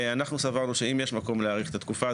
אנחנו סברנו שאם יש מקום להאריך את התקופה,